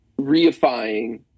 reifying